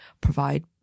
provide